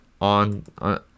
on